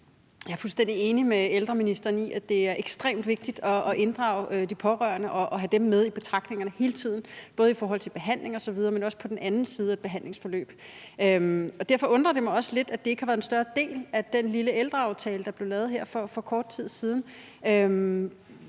Jeg er fuldstændig enig med ældreministeren i, at det er ekstremt vigtigt at inddrage de pårørende og have dem med i betragtningerne hele tiden, både i forhold til behandling osv., men også på den anden side af behandlingsforløb. Derfor undrer det mig også lidt, at det ikke har været en sten i forhold til den lille ældreaftale, der blev lavet her for kort tid siden,